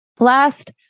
Last